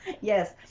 Yes